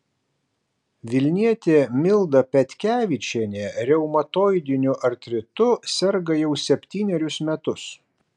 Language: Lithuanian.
vilnietė milda petkevičienė reumatoidiniu artritu serga jau septynerius metus